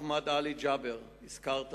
אחמד עלי ג'אבר, הזכרת אותו,